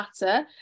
matter